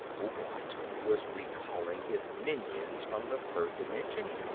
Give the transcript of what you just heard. ouglat was recalling his minions from the third dimension!